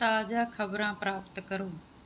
ਤਾਜ਼ਾ ਖ਼ਬਰਾਂ ਪ੍ਰਾਪਤ ਕਰੋ